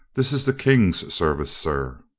this is the king's service, sir.